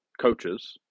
coaches